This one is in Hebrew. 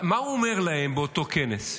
מה הוא אומר להם באותו כנס,